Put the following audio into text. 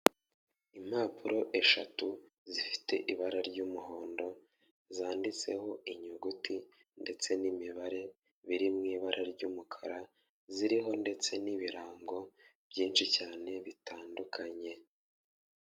Impapuro eshatu zifite ibara ry'umuhondo, zanditseho inyuguti ndetse n'imibare, biri m'ibara ry'umukara. Ziriho ndetse n'ibirango byinshi cyane bitandukanye.